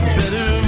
better